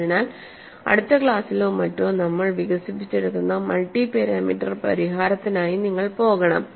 അതിനാൽ അടുത്ത ക്ലാസിലോ മറ്റോ നമ്മൾ വികസിപ്പിച്ചെടുക്കുന്ന മൾട്ടി പാരാമീറ്റർ പരിഹാരത്തിനായി നിങ്ങൾ പോകണം